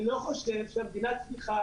אני לא חושב שהמדינה צריכה